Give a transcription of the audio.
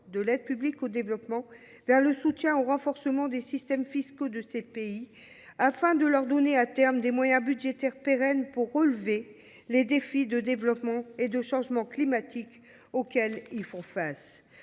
de l’aide publique au développement vers le soutien au renforcement des systèmes fiscaux de ces pays, afin de leur donner, à terme, des moyens budgétaires pérennes pour relever les défis de développement et de changement climatique auxquels ils font face.